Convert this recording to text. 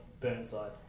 Burnside